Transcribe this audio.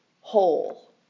whole